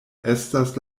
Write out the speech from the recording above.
estas